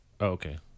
Okay